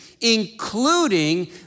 including